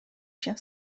się